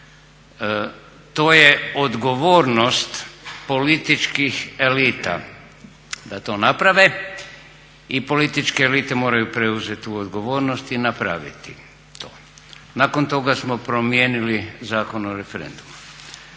to je odgovornost političkih elita da to naprave i političke elite moraju preuzeti tu odgovornost i napravit to. Nakon toga smo promijenili Zakon o referendumu